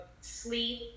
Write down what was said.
sleep